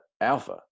alpha